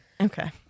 Okay